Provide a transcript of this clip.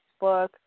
Facebook